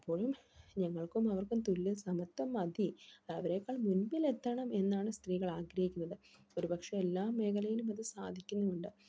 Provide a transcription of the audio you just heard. അപ്പോഴും ഞങ്ങൾക്കും അവർക്കും തുല്യ സമത്വം മതി അവരേക്കാൾ മുൻപിലെത്തണം എന്നാണ് സ്ത്രീകൾ ആഗ്രഹിക്കുന്നത് ഒരുപക്ഷെ എല്ലാ മേഖലയിലും അത് സാധിക്കുന്നുമുണ്ട്